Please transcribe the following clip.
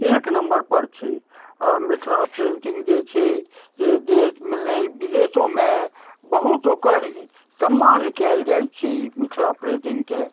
एक नम्बरपर छै आओर मिथिला पेन्टिंग जे छै से देशमे नहि विदेशोमे बहुत ओकर सम्मान कयल जाइ छै मिथिला पेन्टिंगके